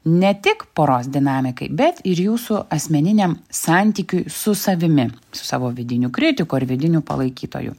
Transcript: ne tik poros dinamikai bet ir jūsų asmeniniam santykiui su savimi su savo vidiniu kritiku ar vidiniu palaikytoju